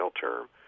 term